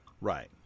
Right